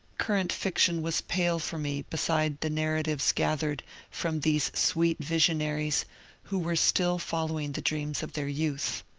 current fiction was pale for me beside the narratives gathered from these sweet visionaries who were still following the dreams of their youth.